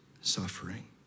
suffering